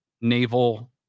naval